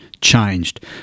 changed